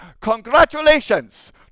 Congratulations